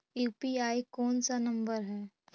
UPI कोन सा number हैं?